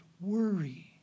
worry